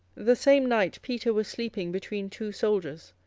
the same night peter was sleeping between two soldiers,